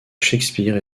shakespeare